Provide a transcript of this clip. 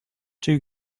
two